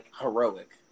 heroic